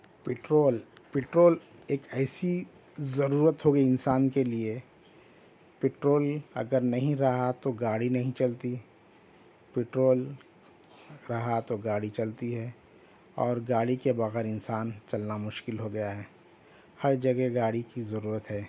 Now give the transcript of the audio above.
petrol petrol ایک ایسی ضرورت ہو گئی انسان کے لیے پٹرول اگر نہیں رہا تو گاڑی نہیں چلتی پٹرول رہا تو گاڑی چلتی ہے اور گاڑی کے بغیر انسان چلنا مشکل ہو گیا ہے ہر جگہ گاڑی کی ضرورت ہے